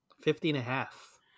Fifty-and-a-half